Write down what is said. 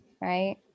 Right